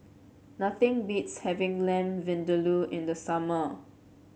nothing beats having Lamb Vindaloo in the summer